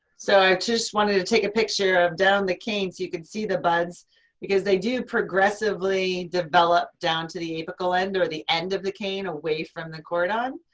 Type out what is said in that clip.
so i just wanted to take a picture of down the cane so you can see the buds because they do progressively develop down to the apical end or the end of the cane away from the cordon.